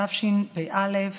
התשפ"א 2021,